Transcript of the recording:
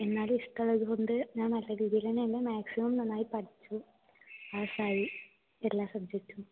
എന്നാലും ഇഷ്ടായതുകൊണ്ട് ഞാൻ നല്ലരീതിയിൽ തന്നേ മാക്സിമം നന്നായി പഠിച്ചു പാസ്സായി എല്ലാ സബ്ജക്ടും